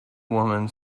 woman